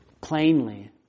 plainly